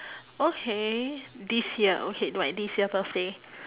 okay this year okay my this year birthday